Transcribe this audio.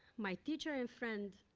my teacher and friend,